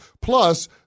Plus